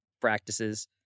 practices